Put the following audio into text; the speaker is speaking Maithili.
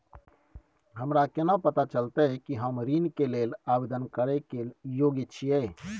हमरा केना पता चलतई कि हम ऋण के लेल आवेदन करय के योग्य छियै?